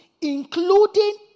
including